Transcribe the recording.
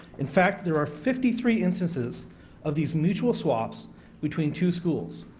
in fact there are fifty three instances of these mutual swaps between two schools.